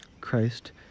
Christ